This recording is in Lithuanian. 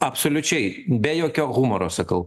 absoliučiai be jokio humoro sakau